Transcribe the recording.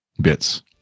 bits